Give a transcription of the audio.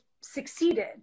succeeded